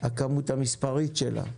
הכמות המספרית שלה.